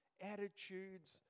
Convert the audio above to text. attitudes